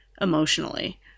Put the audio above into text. emotionally